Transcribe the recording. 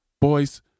boys